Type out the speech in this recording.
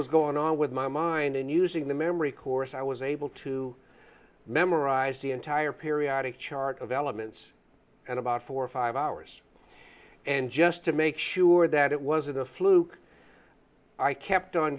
was going on with my mind and using the memory course i was able to memorize the entire periodic chart of elements and about four or five hours and just to make sure that it wasn't a fluke i kept on